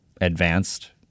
advanced